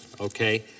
okay